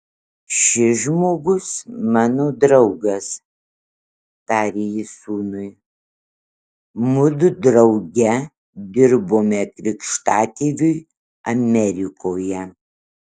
šis žmogus mano draugas tarė jis sūnui mudu drauge dirbome krikštatėviui amerikoje